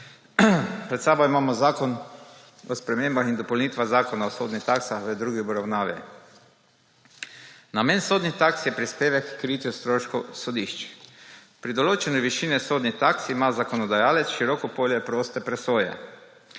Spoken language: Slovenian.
Pred seboj imamo Predlog zakon o spremembah in dopolnitvah Zakona o sodnih taksah v drugi obravnavi. Namen sodnih taks je prispevek h kritju stroškov sodišč. Pri določanju višine sodnih taks ima zakonodajalec široko polje poste presoje.